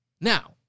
Now